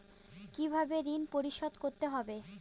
কিভাবে ঋণ পরিশোধ করতে হবে?